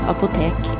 Apotek